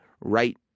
right